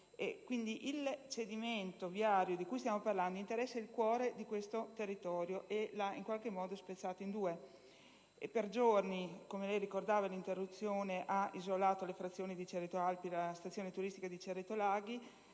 che il cedimento viario di cui stiamo discutendo interessa il cuore di questo territorio e lo ha in qualche modo spezzato in due. Per giorni - come lei ricordava, signor Sottosegretario - l'interruzione ha isolato le frazioni di Cerreto Alpi e la stazione sciistica di Cerreto Laghi